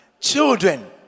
Children